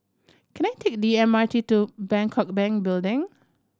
can I take the M R T to Bangkok Bank Building